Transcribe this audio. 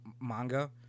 manga